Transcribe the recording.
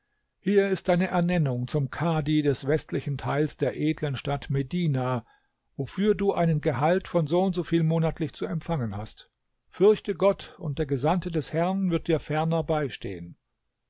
hier ist deine ernennung zum kadhi des westlichen teils der edlen stadt medina wofür du einen gehalt von soundsoviel monatlich zu empfangen hast fürchte gott und der gesandte des herrn wird dir ferner beistehen